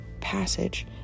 passage